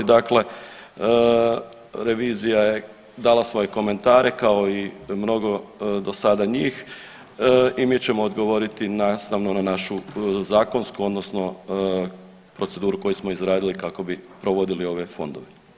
Dakle, revizija je dala svoje komentare kao i mnogo do sada njih i mi ćemo odgovoriti nastavno na našu zakonsku odnosno proceduru koju smo izgradili kako bi provodili ove fondove.